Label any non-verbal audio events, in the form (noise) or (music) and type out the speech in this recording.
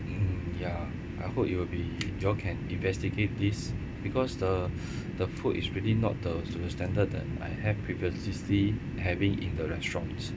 mm ya I hope you will be you all can investigate this because the (breath) the food is really not the to the standard than I have previously see having in the restaurant